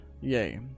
Yay